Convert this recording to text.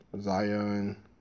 Zion